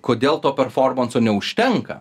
kodėl to performanso neužtenka